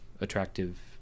attractive